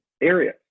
area